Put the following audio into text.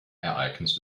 ereignis